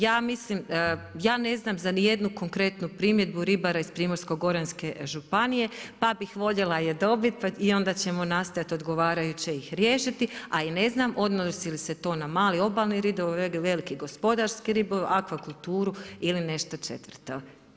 Ja ne znam za nijednu konkretnu primjedbu ribara iz Primorsko-goranske županije pa bih voljela je dobiti i onda ćemo nastojati odgovarajuće ih riješiti, a i ne znam odnosi li se to na mali obalni … veliki gospodarski ribolov, akvakulturu ili nešto četvrto.